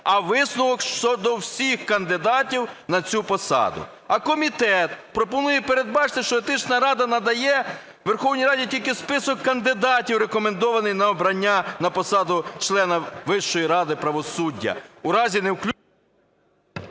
а висновок щодо всіх кандидатів на цю посаду. А комітет пропонує передбачити, що Етична рада надає Верховній Раді тільки список кандидатів, рекомендованих на обрання на посаду члена Вищої ради правосуддя.